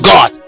God